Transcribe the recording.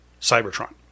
Cybertron